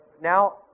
now